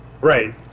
Right